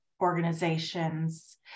organizations